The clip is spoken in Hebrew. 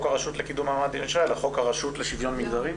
הרשות לקידום מעמד האישה אלא חוק הרשות לשוויון מגדרי?